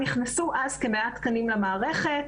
נכנסו אז כ-100 תקנים למערכת,